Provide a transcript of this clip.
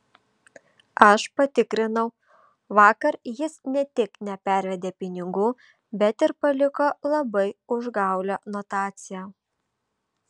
aš patikrinau vakar jis ne tik nepervedė pinigų bet ir paliko labai užgaulią notaciją